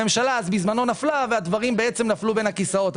הממשלה אז בזמנו נפלה והדברים בעצם נפלו בין הכיסאות,